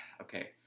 okay